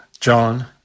John